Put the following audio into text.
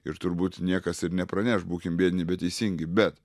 ir turbūt niekas ir nepraneš būkim biedni bet teisingi bet